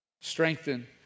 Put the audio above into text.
Strengthen